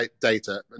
data